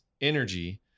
energy